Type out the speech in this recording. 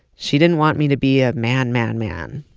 she didn't want me to be a man man man.